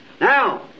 Now